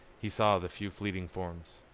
he saw the few fleeting forms.